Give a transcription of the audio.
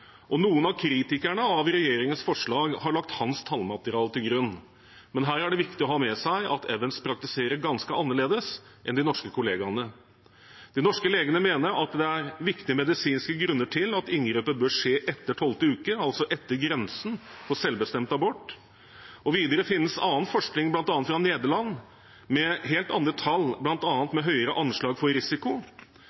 og noen av kritikerne av regjeringens forslag har lagt hans tallmateriale til grunn, men her er det viktig å ha med seg at Evans praktiserer ganske annerledes enn de norske kollegaene. De norske legene mener at det er viktige medisinske grunner til at inngrepet bør skje etter 12. uke, altså etter grensen for selvbestemt abort. Videre finnes det annen forskning, bl.a. fra Nederland, med helt andre tall,